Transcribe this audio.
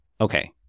Okay